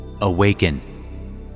Awaken